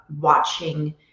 watching